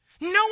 No